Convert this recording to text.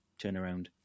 turnaround